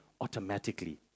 automatically